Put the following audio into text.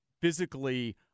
physically